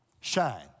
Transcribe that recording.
Shine